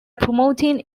promoting